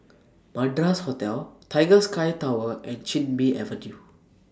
Madras Hotel Tiger Sky Tower and Chin Bee Avenue